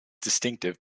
distinctive